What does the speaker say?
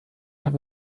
have